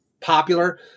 popular